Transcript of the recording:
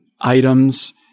items